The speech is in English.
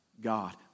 God